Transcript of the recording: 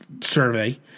survey